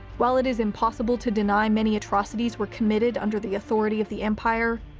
while it is impossible to deny many atrocities were committed under the authority of the empire,